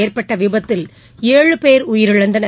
ஏற்பட்ட விபத்தில் ஏழு பேர் உயிரிழந்தனர்